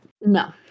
No